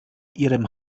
ihrem